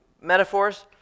metaphors